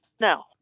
No